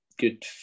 Good